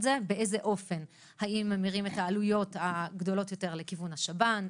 זה ובאיזה אופן - האם מרימים את העלויות הגדולות יותר לכיוון השב"ן ?